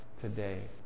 today